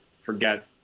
forget